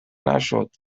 نشد